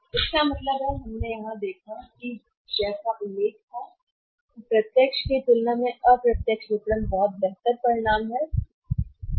तो इसका मतलब है कि हमने यहां देखा है कि जैसा वह था उम्मीद है कि प्रत्यक्ष की तुलना में अप्रत्यक्ष विपणन से बहुत बेहतर परिणाम हैं विपणन